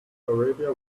arabia